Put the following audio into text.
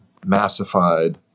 massified